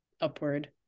upward